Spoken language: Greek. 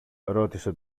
ρώτησε